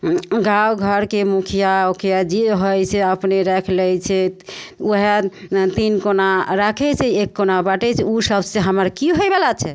गाँव घरके मुखिया उखिया जे होइ छै अपने राखि लै छै वएह तीन कोना राखय छै एक कोना बाँटय छै उसबसँ हमर की होइवला छै